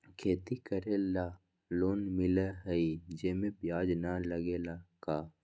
खेती करे ला लोन मिलहई जे में ब्याज न लगेला का?